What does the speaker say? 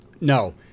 no